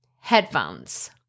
headphones